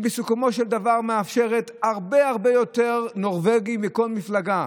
בסיכומו של דבר היא מאפשרת הרבה הרבה יותר נורבגי מכל מפלגה,